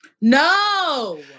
No